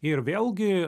ir vėlgi